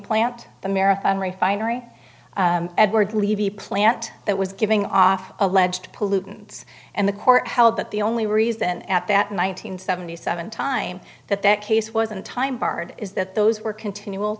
plant the marathon refinery and edward levy plant that was giving off alleged pollutants and the court held that the only reason at that nine hundred seventy seven time that that case was on time barred is that those were continual